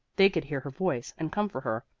they could hear her voice and come for her.